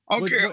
Okay